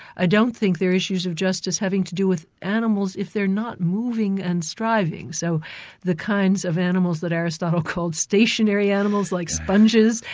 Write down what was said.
i don't think there are issues of justice having to do with animals if they're not moving and striving. so the kinds of animals that aristotle calls stationary animals, like sponges,